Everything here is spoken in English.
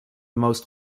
most